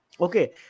Okay